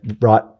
right